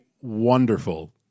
wonderful